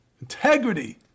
integrity